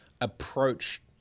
approach